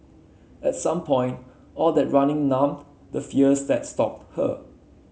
at some point all that running numbed the fears that stalked her